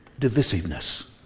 divisiveness